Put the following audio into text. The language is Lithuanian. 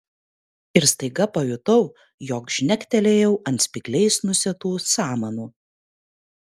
ir staiga pajutau jog žnektelėjau ant spygliais nusėtų samanų